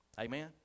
Amen